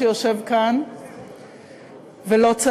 וגם